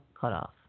cutoff